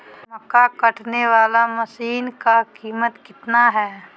मक्का कटने बाला मसीन का कीमत कितना है?